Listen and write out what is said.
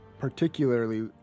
particularly